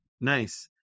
Nice